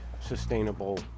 sustainable